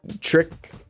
Trick